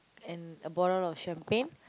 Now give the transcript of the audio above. and a bottle of champagne